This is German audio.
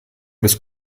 des